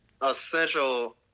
essential